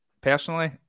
personally